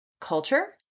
culture